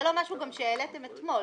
ברוך, זה לא משהו שהעליתם אתמול,